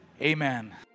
Amen